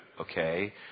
Okay